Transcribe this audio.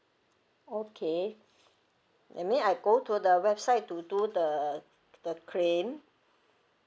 okay that mean I go to the website to do the the claim